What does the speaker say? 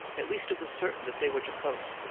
at least it was certain that they were jocose.